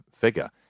figure